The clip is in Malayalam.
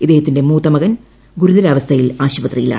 ഇദ്ദേഹത്തിന്റെ മൂത്തമകൻ ഗുരുതരാവസ്ഥയിൽ ആശുപത്രിയിലാണ്